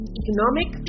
economic